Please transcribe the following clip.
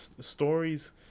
stories